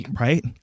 right